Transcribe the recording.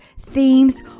themes